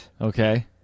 Okay